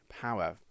power